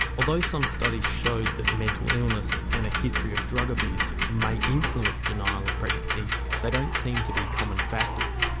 although some studies showed that mental illness and a history of drug abuse may influence denial of pregnancy they don't seem to be common factors.